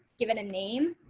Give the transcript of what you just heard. give it a name.